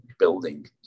building